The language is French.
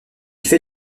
fait